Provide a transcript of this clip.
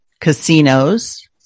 casinos